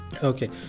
Okay